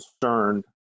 concerned